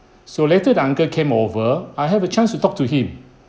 so later the uncle came over I have a chance to talk to him